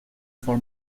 for